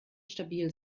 stabil